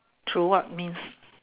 through what means